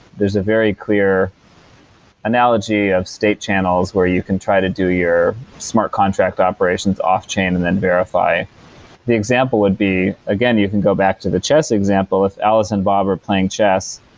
there's a very clear analogy of state channels where you can try to do your smart contract operations offchain and then verify the example would be, again you can go back to the chess example of alice and bob are playing chess.